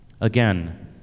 Again